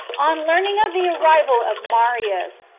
on learning of the arrival of marius,